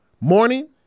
morning